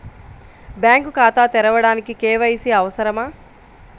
Bank ఖాతా తెరవడానికి KYC అవసరమా?